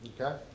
Okay